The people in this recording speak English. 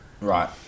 Right